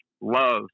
Love